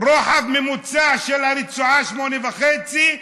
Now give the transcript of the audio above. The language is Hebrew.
רוחב ממוצע של הרצועה, 8.5,